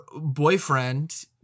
boyfriend